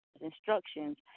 instructions